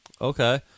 Okay